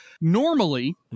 Normally